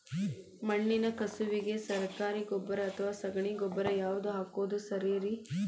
ಮಣ್ಣಿನ ಕಸುವಿಗೆ ಸರಕಾರಿ ಗೊಬ್ಬರ ಅಥವಾ ಸಗಣಿ ಗೊಬ್ಬರ ಯಾವ್ದು ಹಾಕೋದು ಸರೇರಿ?